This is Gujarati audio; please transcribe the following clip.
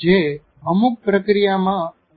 જે અમુક પ્રક્રિયામાં અનુવાદિત થાય છે